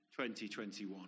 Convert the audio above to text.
2021